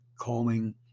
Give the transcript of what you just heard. calming